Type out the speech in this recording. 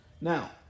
Now